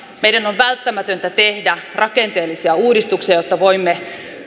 meidän on välttämätöntä tehdä rakenteellisia uudistuksia jotta voimme